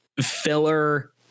filler